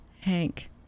hank